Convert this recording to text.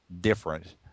different